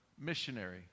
missionary